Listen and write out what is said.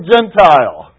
Gentile